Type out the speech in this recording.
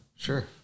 Sure